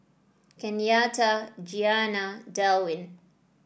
Kenyatta Gianna Delwin